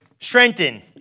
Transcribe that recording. strengthen